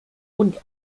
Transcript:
und